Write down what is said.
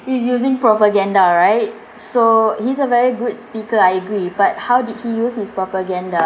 he's using propaganda right so he's a very good speaker I agree but how did he use his propaganda